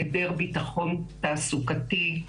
העדר ביטחון תעסוקתי,